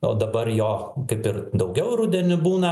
o dabar jo kaip ir daugiau rudenį būna